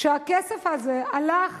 שהכסף הזה הלך